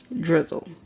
Drizzle